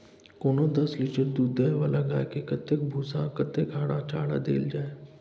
कोनो दस लीटर दूध दै वाला गाय के कतेक भूसा आ कतेक हरा चारा देल जाय?